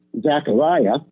Zechariah